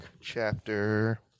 chapter